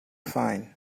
fine